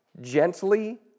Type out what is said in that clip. Gently